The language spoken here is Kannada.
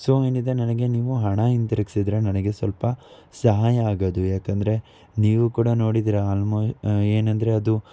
ಸೊ ಏನಿದೆ ನನಗೆ ನೀವು ಹಣ ಹಿಂತಿರ್ಗಿಸಿದ್ರೆ ನನಗೆ ಸ್ವಲ್ಪ ಸಹಾಯ ಆಗೋದು ಯಾಕಂದರೆ ನೀವೂ ಕೂಡ ನೋಡಿದ್ದೀರ ಅಲ್ಮೋ ಏನಂದರೆ ಅದು